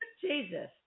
Jesus